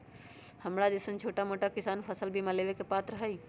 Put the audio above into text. हमरा जैईसन छोटा मोटा किसान फसल बीमा लेबे के पात्र हई?